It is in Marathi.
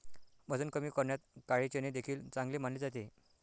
वजन कमी करण्यात काळे चणे देखील चांगले मानले जाते